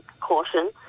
caution